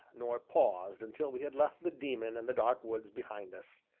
nor paused until we had left the daemon and the dark woods behind us.